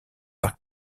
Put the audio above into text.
par